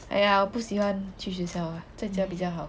!aiya! 我不喜欢去学校 ah 在家比较好